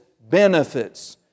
benefits